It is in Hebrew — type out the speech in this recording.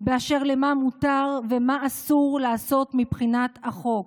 באשר למה מותר ומה אסור לעשות מבחינת החוק.